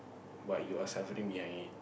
while you are suffering behind it